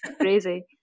crazy